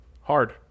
hard